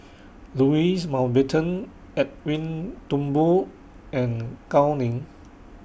Louis Mountbatten Edwin Thumboo and Gao Ning